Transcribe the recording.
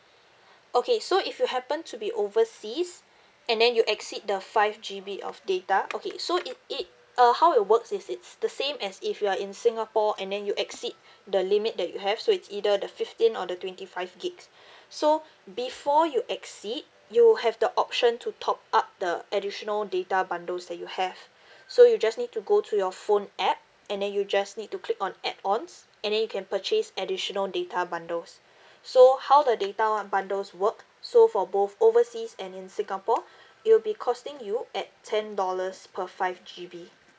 okay so if you happen to be overseas and then you exceed the five G_B of data okay so it it uh how it works is it's the same as if you're in singapore and then you exceed the limit that you have so it's either the fifteen or the twenty five gigs so before you exceed you have the option to top up the additional data bundles that you have so you just need to go to your phone app and then you just need to click on add-ons and then you can purchase additional data bundles so how the data bundles work so for both overseas and in singapore it'll be costing you at ten dollars per five G_B